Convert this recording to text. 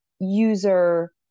user